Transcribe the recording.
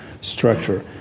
structure